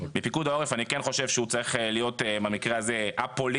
מפיקוד העורף אני כן חושב שהוא צריך להיות במקרה הזה א-פוליטי